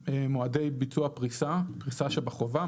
לדחיית מועדי ביצוע פריסה שבחובה,